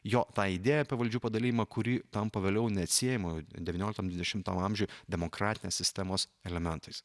jo tą idėją apie valdžių padalijimą kuri tampa vėliau neatsiejama devynioliktam dvidešimtam amžiuj demokratinės sistemos elementais